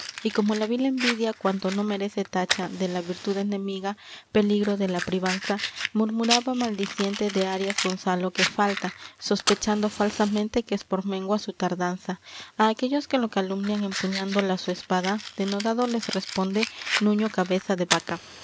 y como la vil envidia cuanto no merece tacha de la virtud enemiga peligro de la privanza murmuraba maldiciente de arias gonzalo que falta sospechando falsamente que es por mengua su tardanza á aquellos que lo calumnian empuñando la su espada denodado les responde nuño cabeza de vaca